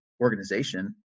organization